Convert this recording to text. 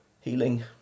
healing